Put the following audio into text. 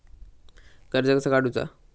कर्ज कसा काडूचा?